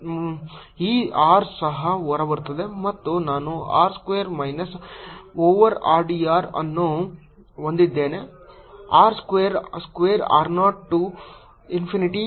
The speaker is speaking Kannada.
ಈ R ಸಹ ಹೊರಬರುತ್ತದೆ ಮತ್ತು ನಾನು r square minus over rdr ಅನ್ನು ಹೊಂದಿದ್ದೇನೆ R square square r 0 to infinity